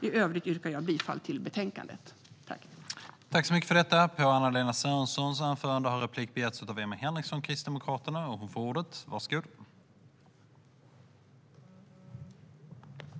I övrigt yrkar jag bifall till utskottets förslag till beslut.